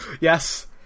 Yes